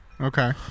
Okay